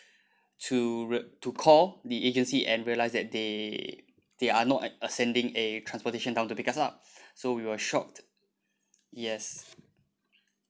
to re~ to call the agency and realised that they they are not uh sending a transportation down to pick us up so we were shocked yes